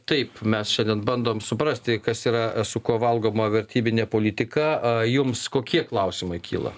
taip mes šiandien bandom suprasti kas yra su kuo valgoma vertybinė politika jums kokie klausimai kyla